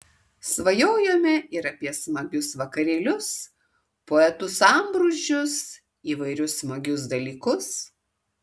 svajojome ir apie smagius vakarėlius poetų sambrūzdžius įvairius smagius dalykus